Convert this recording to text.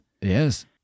Yes